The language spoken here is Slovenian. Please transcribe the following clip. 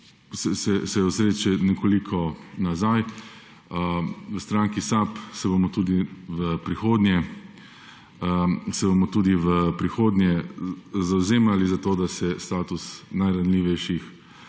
želel ozreti še nekoliko nazaj. V stranki SAB se bomo tudi v prihodnje zavzemali za to, da se status najranljivejših